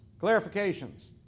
clarifications